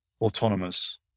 autonomous